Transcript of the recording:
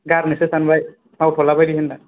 गारनोसो सानबाय मावथलाबायदि होनबा